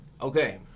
Okay